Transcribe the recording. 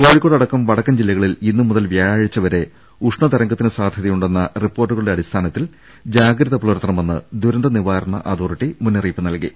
കോഴിക്കോട് അടക്കം വടക്കൻ ജില്ലകളിൽ ഇന്നുമുതൽ വ്യാഴാഴ്ച്ച വരെ ഉഷ്ണ തരംഗത്തിന് സാധ്യതയുണ്ടെന്ന റിപ്പോർട്ടു കളുടെ അടിസ്ഥാനത്തിൽ ജാഗ്രത പുലർത്തണമെന്ന് ദുരന്ത നിവാ രണ അതോറിറ്റി മുന്നറിയിപ്പ് നൽകി